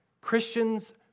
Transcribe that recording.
Christians